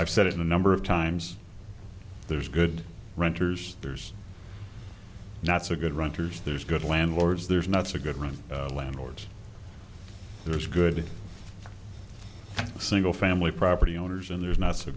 i've said it in a number of times there's good renters there's not so good renters there's good landlords there's not so good run landlords there's good single family property owners and there's not so